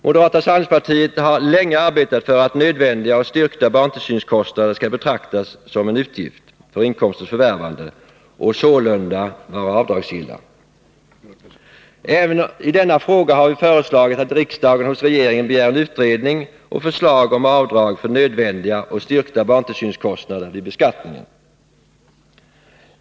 Moderata samlingspartiet har länge arbetat för att nödvändiga och styrkta barntillsynskostnader skall betraktas som en utgift för inkomsters förvärvande och sålunda vara avdragsgilla. Även i denna fråga har vi föreslagit att riksdagen hos regeringen begär en utredning och förslag om avdrag för nödvändiga och styrkta barntillsynskostnader vid beskattningen.